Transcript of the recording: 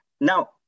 Now